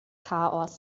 chaos